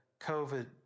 COVID